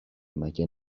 مگه